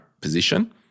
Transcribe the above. position